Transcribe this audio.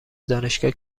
دانشگاه